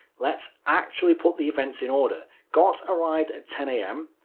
let's actually put the events in order gott arrived at ten am,